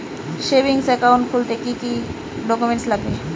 Savings account খুলতে কি কি ডকুমেন্টস লাগবে?